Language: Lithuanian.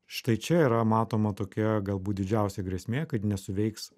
štai čia yra matoma tokia galbūt didžiausia grėsmė kad nesuveiks